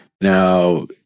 Now